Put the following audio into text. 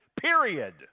Period